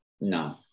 No